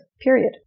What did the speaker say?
period